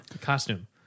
costume